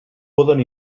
poden